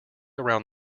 around